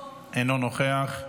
אינו נוכח.